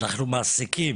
אנחנו מעסיקים